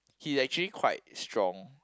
he actually quite strong